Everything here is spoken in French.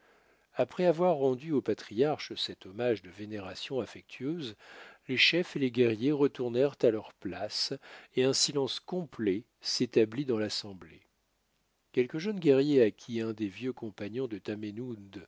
après avoir rendu au patriarche cet hommage de vénération affectueuse les chefs et les guerriers retournèrent à leurs places et un silence complet s'établit dans l'assemblée quelques jeunes guerriers à qui un des vieux compagnons de